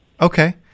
Okay